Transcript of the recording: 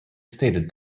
stated